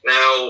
Now